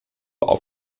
auf